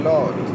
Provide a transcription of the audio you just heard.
Lord